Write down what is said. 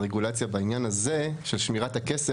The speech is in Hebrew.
הרגולציה בעניין הזה של שמירת הכסף,